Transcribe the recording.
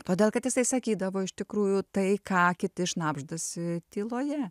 todėl kad jisai sakydavo iš tikrųjų tai ką kiti šnabždasi tyloje